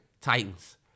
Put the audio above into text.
Titans